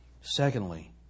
Secondly